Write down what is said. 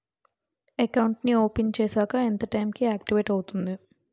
Account నీ open చేశాక ఎంత టైం కి ఆక్టివేట్ అవుతుంది?